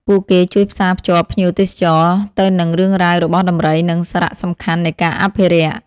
ពួកគេជួយផ្សាភ្ជាប់ភ្ញៀវទេសចរទៅនឹងរឿងរ៉ាវរបស់ដំរី និងសារៈសំខាន់នៃការអភិរក្ស។